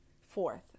Fourth